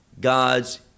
god's